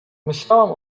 myślałam